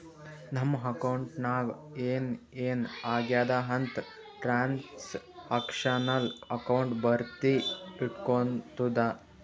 ನಮ್ ಅಕೌಂಟ್ ನಾಗ್ ಏನ್ ಏನ್ ಆಗ್ಯಾದ ಅಂತ್ ಟ್ರಾನ್ಸ್ಅಕ್ಷನಲ್ ಅಕೌಂಟ್ ಬರ್ದಿ ಇಟ್ಗೋತುದ